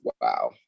Wow